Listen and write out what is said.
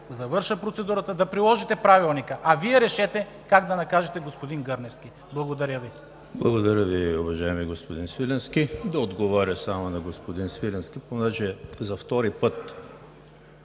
завърша процедурата, да приложите Правилника, а Вие решете как да накажете господин Гърневски. Благодаря Ви. ПРЕДСЕДАТЕЛ ЕМИЛ ХРИСТОВ: Благодаря Ви, уважаеми господин Свиленски. Да отговаря само на господин Свиленски. Понеже за втори път